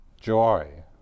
joy